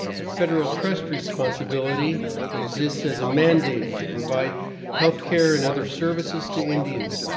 the federal trust responsibility exists as a mandate to provide healthcare and other services to indians.